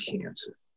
cancer